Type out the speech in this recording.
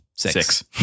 six